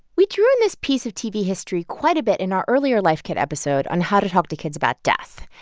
we drew on this piece of tv history quite a bit in our earlier life kit episode on how to talk to kids about death.